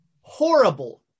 horrible